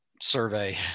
survey